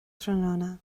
tráthnóna